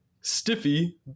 Stiffy